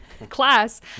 class